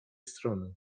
strony